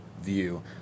view